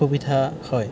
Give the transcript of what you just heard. সুবিধা হয়